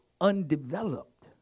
undeveloped